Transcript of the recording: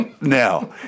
Now